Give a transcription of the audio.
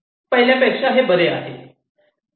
पहिल्या पेक्षा हे बरे आहे